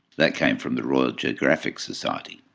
that came from the royal geographic society.